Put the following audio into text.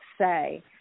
say